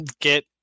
get